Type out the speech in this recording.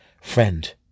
friend